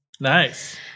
Nice